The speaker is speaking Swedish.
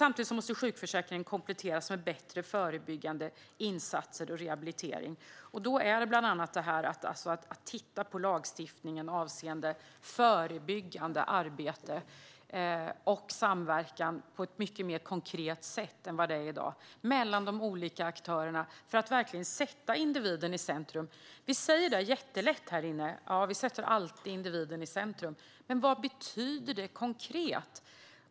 Samtidigt måste sjukförsäkringen kompletteras med bättre förebyggande insatser och rehabilitering. Man behöver bland annat titta på lagstiftningen avseende förebyggande arbete och samverkan mellan de olika aktörerna på ett mycket mer konkret sätt än i dag, för att verkligen sätta individen i centrum. Det är lätt för oss här i kammaren att säga: Vi sätter alltid individen i centrum. Men vad betyder det konkret?